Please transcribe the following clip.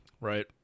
Right